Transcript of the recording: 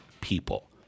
people –